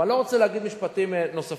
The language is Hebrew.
אבל אני לא רוצה להגיד משפטים נוספים,